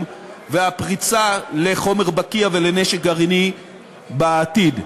והפריצה לחומר בקיע ולנשק גרעיני בעתיד.